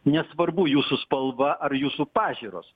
nesvarbu jūsų spalva ar jūsų pažiūros